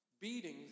beatings